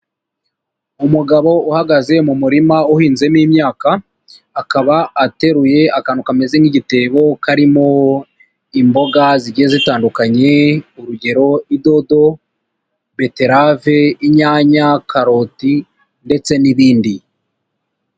Umugabo uhagaze mu murima uhinzemo imyaka, akaba ateruye akantu kameze nk'igitebo karimo imboga zigiye zitandukanye urugero idodo, beterave, inyanya, karoti ndetse n'ibindi.